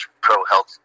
pro-health